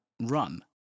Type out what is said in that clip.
run